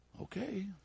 Okay